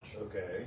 Okay